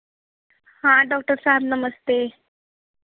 हाँ डॉक्टर साहब नमस्ते